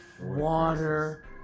water